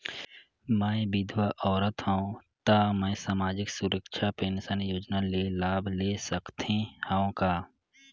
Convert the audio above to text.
मैं विधवा औरत हवं त मै समाजिक सुरक्षा पेंशन योजना ले लाभ ले सकथे हव का?